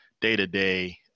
day-to-day